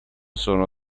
sono